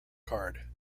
card